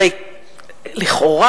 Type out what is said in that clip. הרי לכאורה,